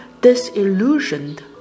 disillusioned